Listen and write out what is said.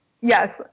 yes